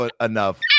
enough